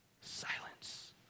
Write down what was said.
Silence